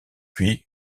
puis